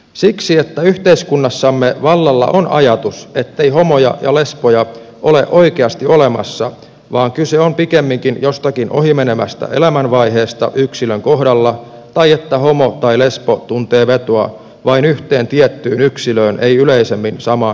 siksi että yhteiskunnassamme vallalla on ajatus ettei homoja ja lesboja ole oikeasti olemassa vaan kyse on pikemminkin jostakin ohimenevästä elämänvaiheesta yksilön kohdalla tai että homo tai lesbo tuntee vetoa vain yhteen tiettyyn yksilöön ei yleisemmin samaan sukupuoleen